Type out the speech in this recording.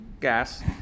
gas